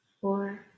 four